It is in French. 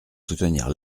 soutenir